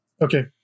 okay